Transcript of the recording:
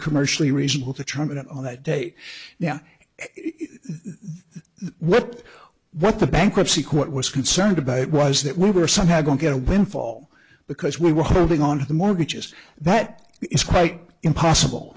commercially reasonable to trumpet on that day now what what the bankruptcy court was concerned about was that we were somehow going to get a windfall because we were holding on to the mortgages that is quite impossible